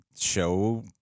show